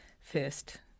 first